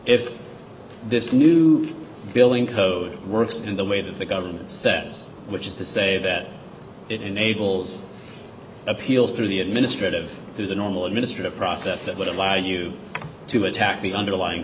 if this new building code works in the way that the government says which is to say that it enables appeals through the administrative through the normal administrative process that would allow you to attack the underlying